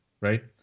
right